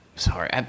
sorry